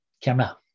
camera